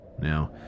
Now